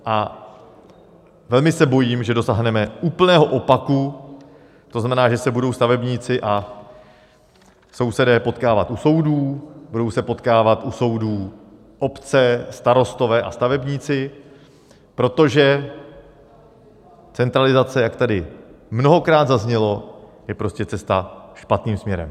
A velmi se bojím, že dosáhneme úplného opaku, to znamená, že se budou stavebníci a sousedé potkávat u soudů, budou se potkávat u soudů obce, starostové a stavebníci, protože centralizace, jak tady mnohokrát zaznělo, je prostě cesta špatným směrem.